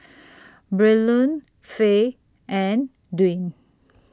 Braylon Fay and Dwain